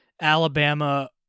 Alabama